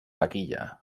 taquilla